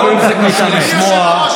שקר וכזב.